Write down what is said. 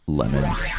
lemons